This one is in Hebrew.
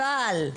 "בדם,